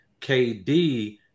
KD